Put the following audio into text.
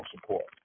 support